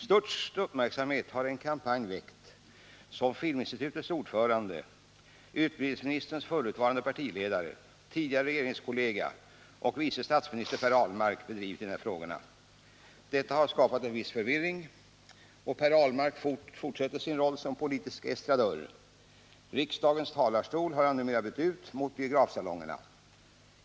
Störst uppmärksamhet har den kampanj väckt som Filminstitutets ordförande, utbildningsministerns förutvarande partiledare, tidigare regeringskollega och vice statsminister Per Ahlmark bedriver i de här frågorna. Detta har skapat en viss förvirring. Per Ahlmark fortsätter sin roll som politisk estradör. Riksdagens talarstol har han numer bytt ut mot biografsalongerna.